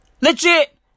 Legit